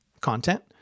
content